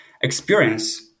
experience